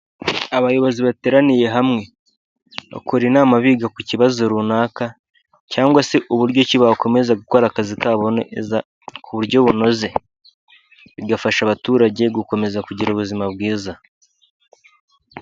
Abayobozi bateraniye hamwe bakora inama biga ku kibazo runaka cyangwa se uburyo ki bakomeza gukora akazi kabo neza ku buryo bunoze, bigafasha abaturage gukomeza kugira ubuzima bwiza.